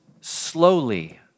slowly